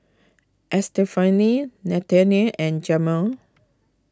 Estefany Nannette and Jamaal